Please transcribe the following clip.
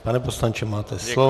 Pane poslanče, máte slovo.